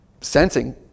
sensing